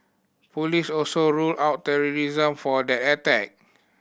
police also ruled out terrorism for that attack